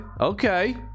okay